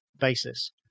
basis